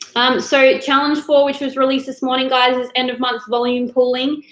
um so, challenge four, which was released this morning, guys, is end of month volume pooling,